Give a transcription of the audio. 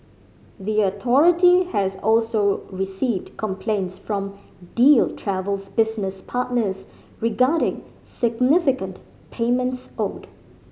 the authority has also received complaints from Deal Travel's business partners regarding significant payments owed